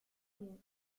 bien